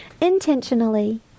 Intentionally